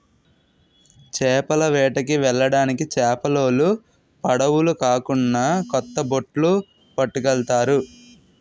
చేపల వేటకి వెళ్ళడానికి చేపలోలు పడవులు కాకున్నా కొత్త బొట్లు పట్టుకెళ్తారు